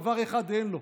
דבר אחד אין לו: